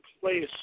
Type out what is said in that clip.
place